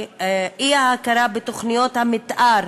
והאי-הכרה בתוכניות המתאר